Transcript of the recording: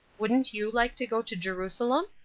wouldn't you like to go to jerusalem?